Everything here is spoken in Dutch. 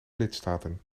lidstaten